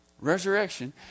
Resurrection